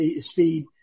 speed